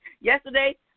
Yesterday